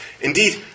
Indeed